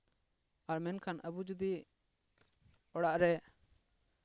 ᱟᱨ ᱢᱮᱱᱠᱷᱟᱱ ᱟᱵᱚ ᱡᱩᱫᱤ ᱚᱲᱟᱜ ᱨᱮ